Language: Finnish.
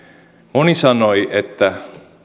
moni sanoi että